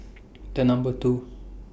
The Number two